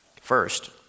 First